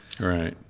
Right